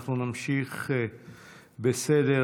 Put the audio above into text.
אנחנו נמשיך בסדר-היום.